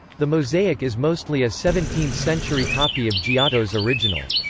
the mosaic is mostly a seventeenth century copy of giotto's original.